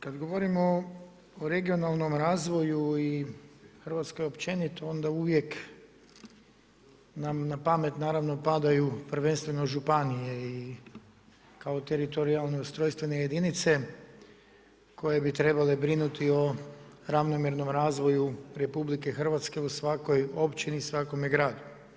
Kada govorimo o regionalnom razvoju i Hrvatskoj općenito onda uvijek nam na pamet naravno padaju prvenstveno županije i kao teritorijalno ustrojstvene jedinice koje bi trebale brinuti o ravnomjernom razvoju RH u svakoj općini i svakome gradu.